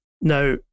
Now